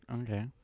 Okay